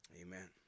Amen